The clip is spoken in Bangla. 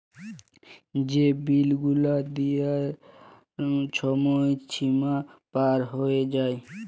যে বিল গুলা দিয়ার ছময় সীমা পার হঁয়ে যায়